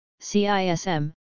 CISM